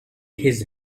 his